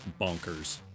bonkers